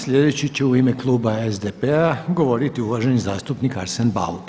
Sljedeći se u ime kluba SDP-a govoriti uvaženi zastupnik Arsen Bauk.